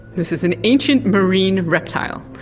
this is an ancient marine reptile.